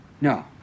no